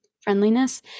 friendliness